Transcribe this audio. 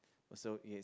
also is